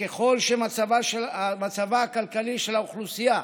שככל שמצבה הכלכלי של האוכלוסייה